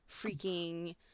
freaking